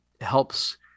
helps